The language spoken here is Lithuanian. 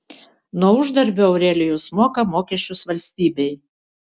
nuo uždarbio aurelijus moka mokesčius valstybei